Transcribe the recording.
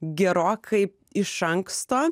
gerokai iš anksto